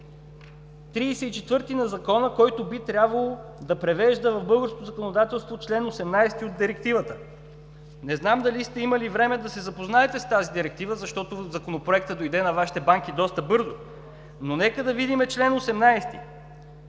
34 на Закона, който би трябвало да привежда в българското законодателство чл. 18 от Директивата. Не знам дали сте имали време да се запознаете с тази Директива, защото Законопроектът дойде на Вашите банки доста бързо, но нека да видим чл. 18.